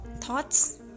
thoughts